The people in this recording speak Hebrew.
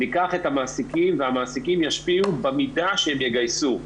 ניקח את המעסיקים והמעסיקים ישפיעו במידה שהם יגייסו.